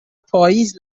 پاییز